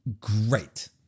great